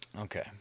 Okay